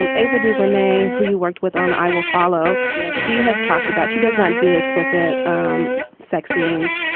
um ava duvernay who you worked with on i will follow yes she has talked about she does not do explicit um sex scenes.